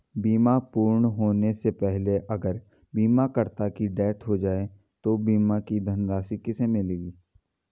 बीमा पूर्ण होने से पहले अगर बीमा करता की डेथ हो जाए तो बीमा की धनराशि किसे मिलेगी?